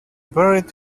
buried